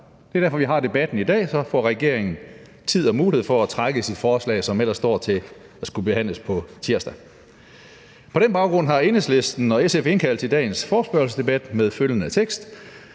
Det er derfor, vi har debatten i dag – så får regeringen tid til og mulighed for at trække sit forslag, som ellers står til at skulle behandles på tirsdag. På den baggrund har Enhedslisten og SF indkaldt til dagens forespørgselsdebat med følgende tekst: